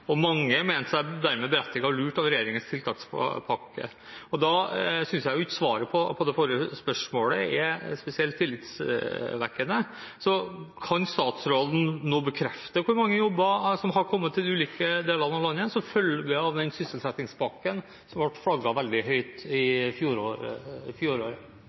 og mange mener seg dermed berettiget lurt av regjeringens tiltakspakke. Så da synes jeg ikke svaret på spørsmålet er spesielt tillitvekkende. Kan statsråden nå bekrefte hvor mange jobber som har kommet til ulike deler av landet som følge av den sysselsettingspakken som ble flagget veldig høyt